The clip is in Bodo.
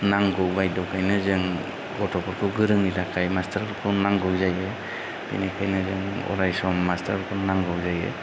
नांगौ बायद्द'खायनो जों गथ'फोरखौ गोरोंनि थाखाय मास्तारफोरखौ नांगौ जायो बेनिखायनो जों अरायसम मास्तारफोरखौ नांगौ जायो